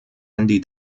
handy